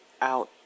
out